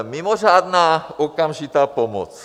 Mimořádná okamžitá pomoc.